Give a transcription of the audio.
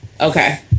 Okay